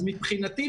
אז מבחינתי,